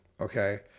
Okay